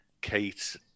kate